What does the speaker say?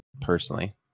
personally